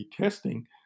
testing